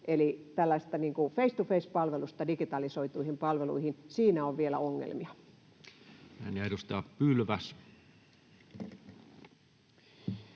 eli vaihto face to face ‑palveluista digitalisoituihin palveluihin? Siinä on vielä ongelmia. [Speech 651]